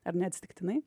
ar neatsitiktinai